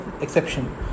exception